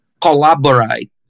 collaborate